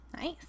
Nice